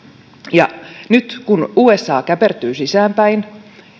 nyt kun usa käpertyy sisäänpäin